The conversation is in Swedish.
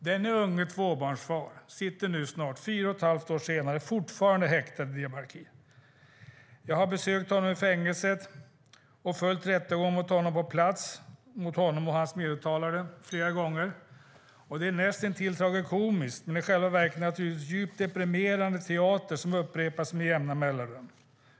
Denne unge tvåbarnsfar sitter nu, snart fyra och ett halvt år senare, fortfarande häktad i Diyarbakir. Jag har besökt honom i fängelset och följt rättegången mot honom och hans medåtalade på plats flera gånger. Det är en näst intill tragikomisk, men i själva verket naturligtvis djupt deprimerande, teater som upprepas med jämna mellanrum.